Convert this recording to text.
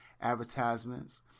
advertisements